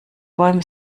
bäume